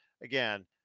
again